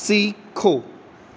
ਸਿੱਖੋ